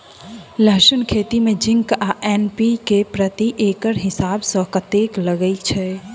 लहसून खेती मे जिंक आ एन.पी.के प्रति एकड़ हिसाब सँ कतेक लागै छै?